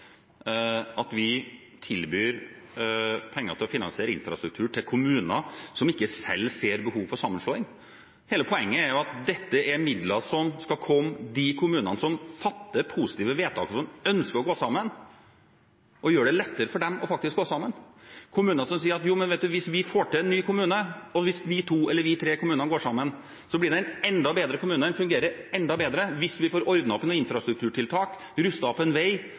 at vi tilbyr penger til å finansiere infrastruktur til kommuner som ikke selv ser behov for sammenslåing. Hele poenget er jo at dette er midler som skal komme de kommunene til gode som fatter positive vedtak, og som ønsker å gå sammen, for å gjøre det lettere for dem faktisk å gå sammen – kommuner som sier: Hvis vi får til en ny kommune, og hvis vi tre kommunene går sammen, blir det en enda bedre kommune, som vil fungere enda bedre hvis vi får ordnet opp i noen infrastrukturtiltak, rustet opp en vei